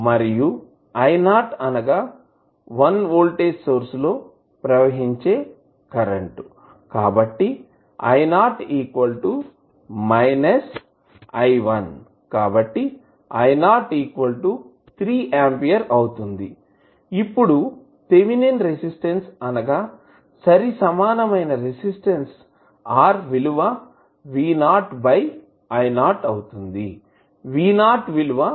మరియు i 0 అనగా 1 volt voltage source లో ప్రవహించే కరెంటు కాబట్టి i0 i 1 కాబట్టి i 0 3 ఆంపియర్ అవుతుంది ఇప్పుడు థేవినిన్ రెసిస్టన్స్ అనగా సరిసమానమైన రెసిస్టెన్స్ R విలువ v0 i0 అవుతుంది